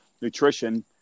nutrition